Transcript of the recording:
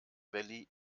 valley